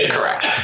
Correct